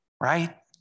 right